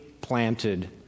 planted